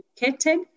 educated